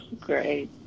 Great